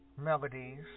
Melodies